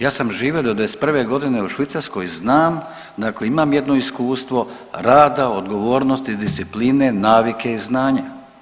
Ja sam živio do '91. g. u Švicarskoj i znam, dakle imam jedno iskustvo rada, odgovornosti, discipline, navike i znanja.